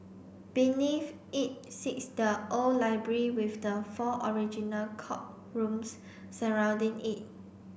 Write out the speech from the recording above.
beneath it sits the old library with the four original courtrooms surrounding it